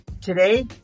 Today